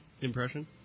impression